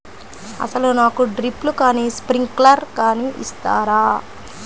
అసలు నాకు డ్రిప్లు కానీ స్ప్రింక్లర్ కానీ ఇస్తారా?